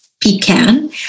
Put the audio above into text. pecan